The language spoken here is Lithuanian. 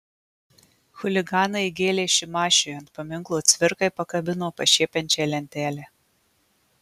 chuliganai įgėlė šimašiui ant paminklo cvirkai pakabino pašiepiančią lentelę